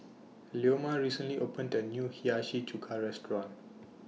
Leoma recently opened A New Hiyashi Chuka Restaurant